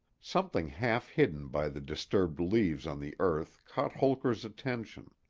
something half hidden by the disturbed leaves on the earth caught holker's attention.